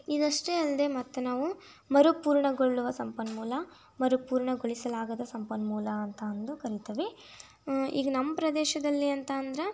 ಇದಷ್ಟೇ ಅಲ್ಲದೇ ಮತ್ತೆ ನಾವು ಮರುಪೂರ್ಣಗೊಳ್ಳುವ ಸಂಪನ್ಮೂಲ ಮರುಪೂರ್ಣಗೊಳಿಸಲಾಗದ ಸಂಪನ್ಮೂಲ ಅಂತ ಅಂದು ಕರಿತೀವಿ ಈಗ ನಮ್ಮ ಪ್ರದೇಶದಲ್ಲಿ ಅಂತ ಅಂದ್ರೆ